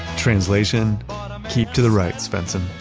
translation keep to the right, svensson.